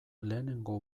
lehengo